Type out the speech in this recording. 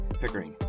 Pickering